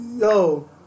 Yo